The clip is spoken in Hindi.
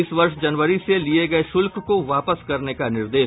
इस वर्ष जनवरी से लिये गये शुल्क को वापस करने का निर्देश